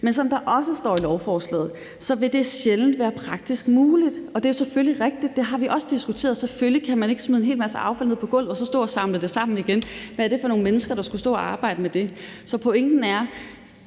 Men som der også står i lovforslaget, vil det sjældent være praktisk muligt, og det er selvfølgelig rigtigt. Det har vi også diskuteret; selvfølgelig kan man ikke smide en hel masse affald ned på gulvet og så stå og samle det sammen igen. Hvad for nogle mennesker skulle stå og arbejde med det? Så pointen er,